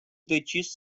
decis